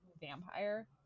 vampire